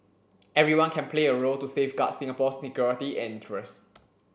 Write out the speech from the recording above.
everyone can play a role to safeguard Singapore's security and interest